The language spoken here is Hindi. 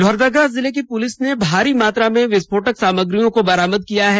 लोहरदगा जिले की पुलिस ने भारी मात्रा में विस्फोटक सामग्रियों को बरामद किया गया है